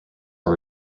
are